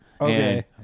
Okay